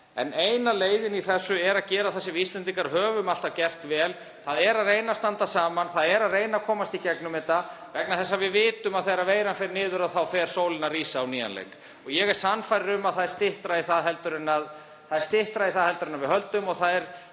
Eina leiðin í þessu er að gera það sem við Íslendingar höfum alltaf gert vel, þ.e. að reyna að standa saman. Það er að reyna að komast í gegnum þetta, vegna þess að við vitum að þegar veiran fer niður þá fer sólin rísa á nýjan leik. Ég er sannfærður um að það er styttra í það en við höldum og